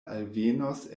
alvenos